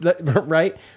right